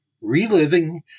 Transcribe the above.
Reliving